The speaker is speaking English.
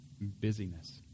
busyness